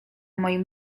moim